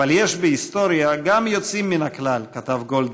אבל יש בהיסטוריה גם יוצאים מן הכלל, כתב גולדמן.